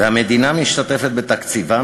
והמדינה משתתפת בתקציבם,